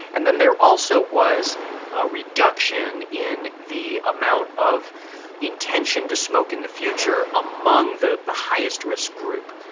and then there also was a reduction in the amount of intention to smoke in the future among the the highest risk group.